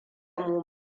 mu